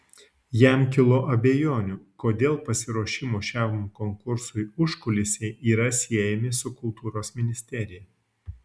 jam kilo abejonių kodėl pasiruošimo šiam konkursui užkulisiai yra siejami su kultūros ministerija